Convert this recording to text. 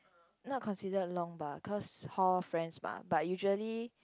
not considered long bah cause hall friends mah but usually